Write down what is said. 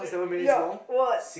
ya what